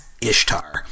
Ishtar